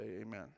amen